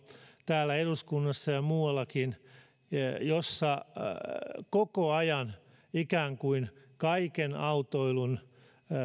täällä eduskunnassa ja muuallakin tätä julkista keskustelua jossa koko ajan kaiken autoilun ikään kuin